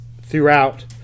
throughout